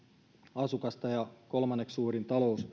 asukasta ja se on kolmanneksi suurin